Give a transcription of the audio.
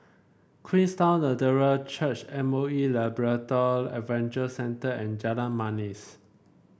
Queenstown Lutheran Church M O E Labrador Adventure Center and Jalan Manis